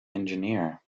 engineer